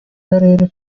karere